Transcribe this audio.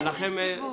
יש נציבות.